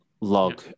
log